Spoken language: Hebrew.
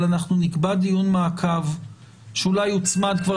אבל אנחנו נקבע דיון מעקב שאולי כבר יוצמד כבר